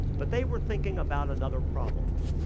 but they were thinking about another problem.